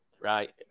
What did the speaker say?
right